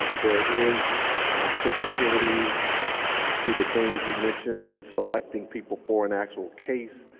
there is sensitivity to the things you mentioned when selecting people for an actual case.